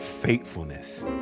faithfulness